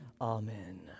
amen